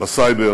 בסייבר,